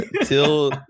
till